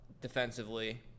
defensively